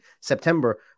September